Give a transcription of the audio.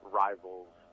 rivals